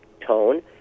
tone